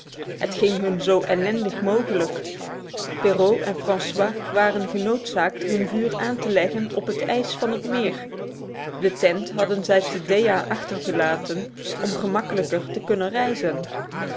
het ging hun zo ellendig mogelijk perrault en francois waren genoodzaakt hun vuur aan te leggen op het ijs van het meer de tent hadden zij te deya achtergelaten om gemakkelijker te kunnen reizen